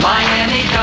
Miami